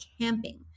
camping